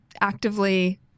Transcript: actively